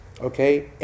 okay